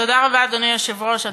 אדוני היושב-ראש,